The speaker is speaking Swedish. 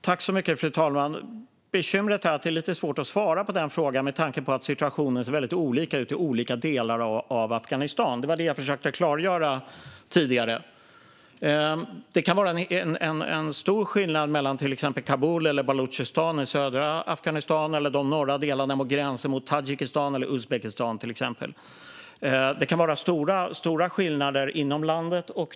Fru talman! Bekymret är att det är lite svårt att svara på den frågan med tanke på att situationen ser väldigt olika ut i olika delar av Afghanistan. Det var det jag försökte klargöra tidigare. Det kan vara en stor skillnad mellan till exempel Kabul eller Baluchistan i södra Afghanistan eller de norra delarna vid gränsen mot Tadzjikistan eller Uzbekistan. Det kan vara stora skillnader inom landet.